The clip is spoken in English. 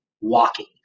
walking